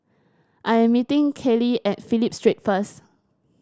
I am meeting Kale at Phillip Street first